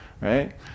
right